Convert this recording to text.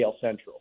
Central